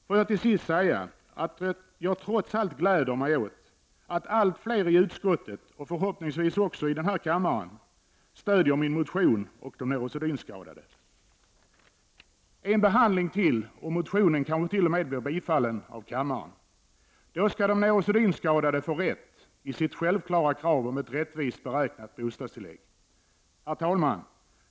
Låt mig till sist säga att jag trots allt glädjer mig åt att allt fler i utskottet och förhoppningsvis också i kammaren stöder min motion och de neurosedynskadade. En behandling till och motionen kanske t.o.m. blir bifallen av kammaren. Då skall de neurosedynskadade få rätt i sitt självklara krav om ett rättvist beräknat bostadstillägg. Herr talman!